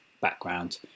background